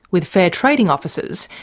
with fair trading officers,